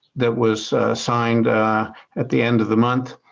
that was signed at the end of the month.